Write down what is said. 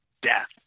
death